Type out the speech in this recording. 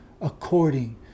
according